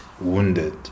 wounded